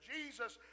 Jesus